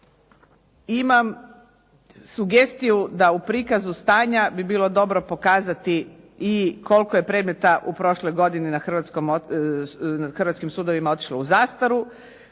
imam sugestiju da u prikazu stanja bi bilo dobro pokazati i koliko je predmeta u prošloj godini na hrvatskim sudovima otišlo u zastaru,